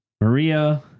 Maria